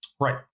Right